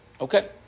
Okay